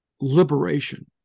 liberation